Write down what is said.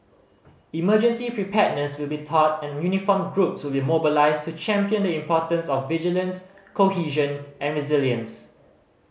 emergency preparedness will be taught and uniformed groups will be mobilised to champion the importance of vigilance cohesion and resilience